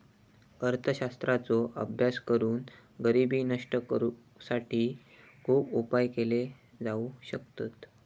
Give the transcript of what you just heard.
अर्थशास्त्राचो अभ्यास करून गरिबी नष्ट करुसाठी खुप उपाय केले जाउ शकतत